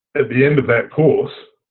at the end of that course,